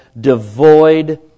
devoid